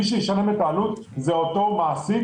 מי שישלם את העלות זה המעסיק.